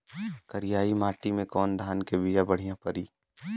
करियाई माटी मे कवन धान के बिया बढ़ियां पड़ी?